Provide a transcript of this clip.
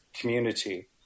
community